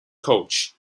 coach